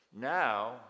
Now